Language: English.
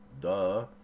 Duh